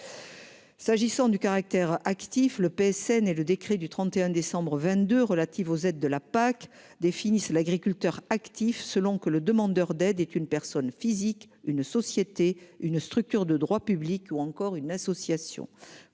S'agissant du caractère actif le PSN et le décret du 31 décembre 22 relatives aux aides de la PAC définit l'agriculteur actif selon que le demandeur d'aide est une personne physique une société une structure de droit public ou encore une association